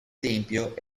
tempio